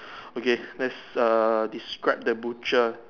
okay let's err describe the butcher